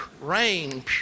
rain